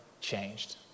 changed